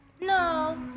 No